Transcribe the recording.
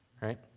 Right